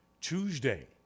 Tuesday